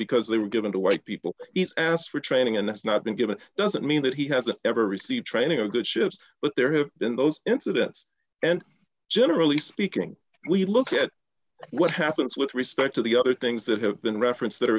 because they were given to white people he's asked for training and that's not been given doesn't mean that he hasn't ever received training or good ships but there have been those incidents and generally speaking we look at what happens with respect to the other things that have been referenced that are